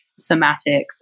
somatics